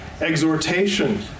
exhortation